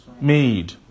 made